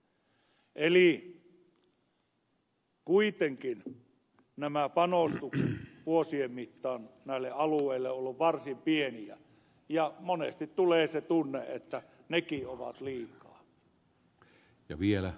eli kuitenkin nämä panostukset vuosien mittaan näille alueille ovat olleet varsin pieniä ja monesti tulee se tunne että nekin ovat liikaa